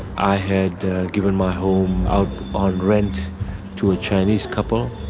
i had given my home out on rent to a chinese couple,